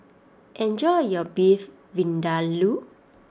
enjoy your Beef Vindaloo